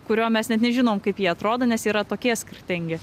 kurio mes net nežinom kaip jie atrodo nes yra tokie skirtingi